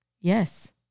Yes